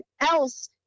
else